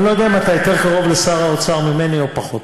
אני לא יודע אם אתה יותר קרוב לשר האוצר ממני או פחות.